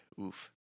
oof